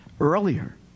Earlier